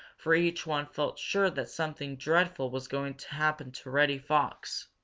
for each one felt sure that something dreadful was going to happen to reddy fox.